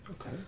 okay